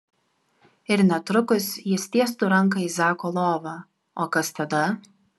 ir netrukus jis tiestų ranką į zako lovą o kas tada